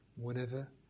whenever